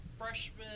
freshman